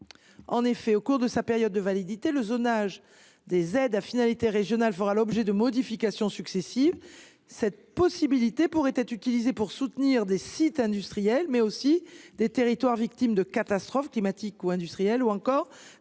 En effet, au cours de sa période de validité, le zonage des aides à finalité régionale fera l’objet de modifications successives. Cette possibilité pourrait être utilisée pour soutenir des sites industriels, mais aussi des territoires victimes de catastrophes climatiques ou industrielles, ou encore